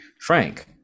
Frank